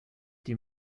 die